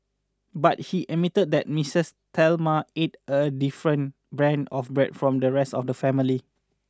but he admitted that Mistress Thelma ate a different brand of bread from the rest of the family